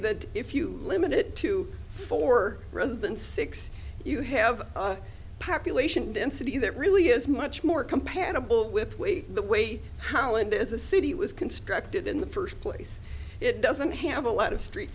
that if you limit it to four rather than six you have population density that really is much more compatible with weight the way how it is a city was constructed in the first place it doesn't have a lot of street